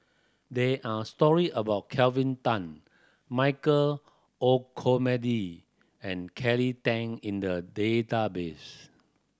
there are story about Kelvin Tan Michael Olcomendy and Kelly Tang in the database